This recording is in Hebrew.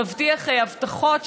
מבטיח הבטחות,